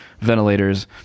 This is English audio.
ventilators